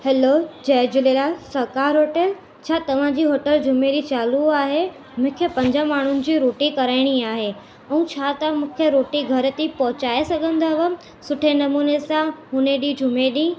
hello जय झूलेलाल सकार hotel छा तव्हांजी होटल जुमें ॾींहुं चालू आहे मूंखे पंज माण्हुनि जी रोटी कराइणी आहे ऐं छा ता मूंखे रोटी घर ते पहुंचाए सघंदव सुठे नमूने सां हुन ॾींहुं जुमें ॾींहुं